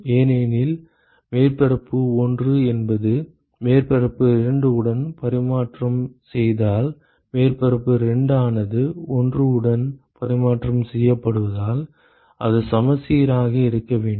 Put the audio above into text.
ஏனெனில் மேற்பரப்பு 1 என்பது மேற்பரப்பு 2 உடன் பரிமாற்றம் செய்தால் மேற்பரப்பு 2 ஆனது 1 உடன் பரிமாற்றம் செய்யப்படுவதால் அது சமச்சீராக இருக்க வேண்டும்